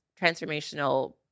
transformational